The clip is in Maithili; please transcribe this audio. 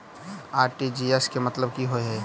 आर.टी.जी.एस केँ मतलब की होइ हय?